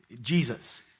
Jesus